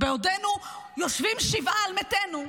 בעודנו יושבים שבעה על מתינו,